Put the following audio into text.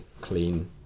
clean